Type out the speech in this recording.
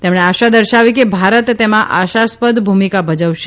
તેમણે આશા દર્શાવી કે ભારત તેમા આશાસ્પદ ભૂમિકા ભજવશે